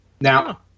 Now